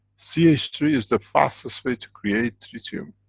c h three is the fastest way to create tritium.